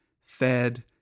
fed